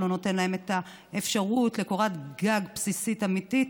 שלא נותן להן את האפשרות לקורת גג בסיסית אמיתית,